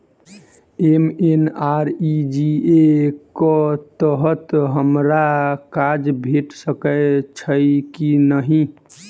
MNREGA कऽ तहत हमरा काज भेट सकय छई की नहि?